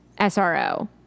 SRO